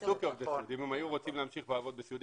אם היו רוצים להמשיך לעבוד בסיעוד,